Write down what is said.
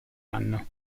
anno